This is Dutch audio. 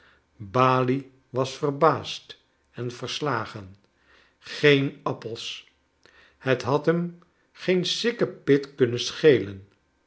balie was verbaasd en verslagen geen appels het had hem geen sikkepit kunnen schelen